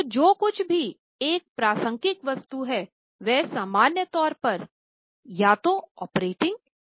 तो जो कुछ भी एक प्रासंगिक वस्तु है वह सामान्य तौर पर या तो ऑपरेटिंग है